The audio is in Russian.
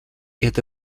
это